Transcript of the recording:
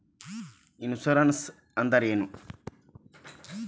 Insurance ಅಂದ್ರ ಏನು?